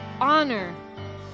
honor